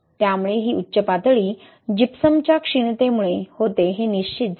त्यामुळे ही उच्च पातळी जिप्समच्या क्षीणतेमुळे होते हे निश्चित झाले